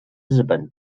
日本